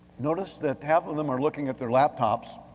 notice that half of them are looking at their laptops.